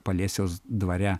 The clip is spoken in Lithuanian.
paliesiaus dvare